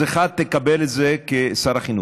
אז, 1. תקבל את זה כשר החינוך.